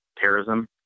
terrorism